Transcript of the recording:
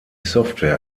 software